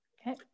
Okay